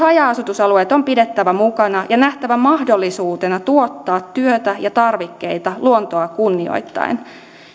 haja asutusalueet on pidettävä mukana ja nähtävä mahdollisuutena tuottaa työtä ja tarvikkeita luontoa kunnioittaen